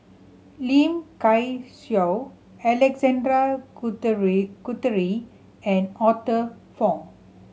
Lim Kay Siu Alexander Guthrie Guthrie and Arthur Fong